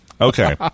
Okay